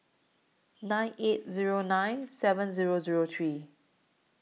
nine eight Zero nine seven Zero Zero three